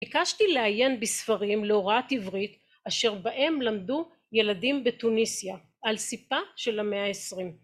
ביקשתי לעיין בספרים להוראת עברית אשר בהם למדו ילדים בתוניסיה על סיפה של המאה העשרים.